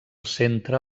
centre